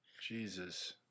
jesus